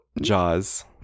jaws